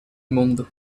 mondo